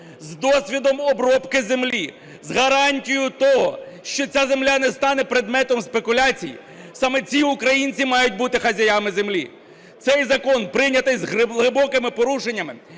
з досвідом обробки землі, з гарантією того, що ця земля не стане предметом спекуляції, саме ці українці мають бути хазяями землі. Цей закон прийнятий з глибокими порушеннями,